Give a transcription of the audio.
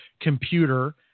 computer